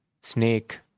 snake